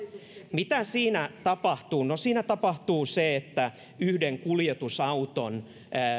mitä sinä tapahtuu no siinä tapahtuu se että yhden kuljetusauton